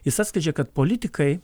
jis atskleidžia kad politikai